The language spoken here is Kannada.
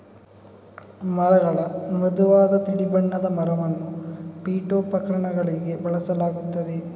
ಮರಗಳ ಮೃದುವಾದ ತಿಳಿ ಬಣ್ಣದ ಮರವನ್ನು ಪೀಠೋಪಕರಣಗಳಿಗೆ ಬಳಸಲಾಗುತ್ತದೆ